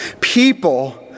people